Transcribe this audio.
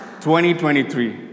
2023